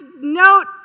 note